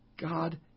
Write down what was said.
God